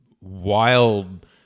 wild